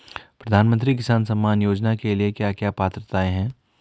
प्रधानमंत्री किसान सम्मान योजना के लिए क्या क्या पात्रताऐं हैं?